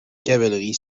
cavalerie